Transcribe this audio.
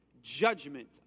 Judgment